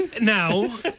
now